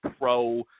pro